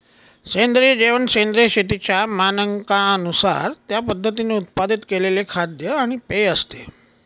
सेंद्रिय जेवण सेंद्रिय शेतीच्या मानकांनुसार त्या पद्धतीने उत्पादित केलेले खाद्य आणि पेय असते